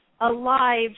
alive